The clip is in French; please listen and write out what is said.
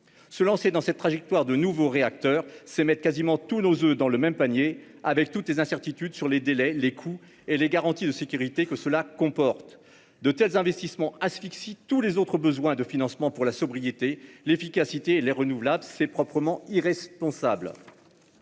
Se lancer sur cette trajectoire de construction de nouveaux réacteurs, c'est mettre quasiment tous nos oeufs dans le même panier, avec toutes les incertitudes sur les délais, les coûts et les garanties de sécurité que cela comporte. De tels investissements asphyxient tous les autres besoins de financement pour la sobriété, l'efficacité et les énergies renouvelables. C'est proprement irresponsable